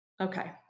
okay